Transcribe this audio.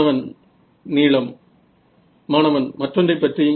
மாணவன் நீளம் மாணவன் மற்றொன்றை பற்றி